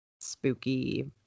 spooky